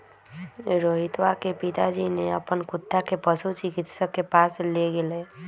रोहितवा के पिताजी ने अपन कुत्ता के पशु चिकित्सक के पास लेगय लय